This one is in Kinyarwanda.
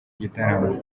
gitaramo